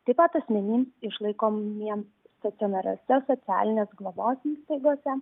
taip pat asmenims išlaikomiems stacionariose socialinės globos įstaigose